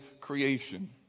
creation